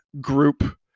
group